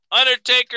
Undertaker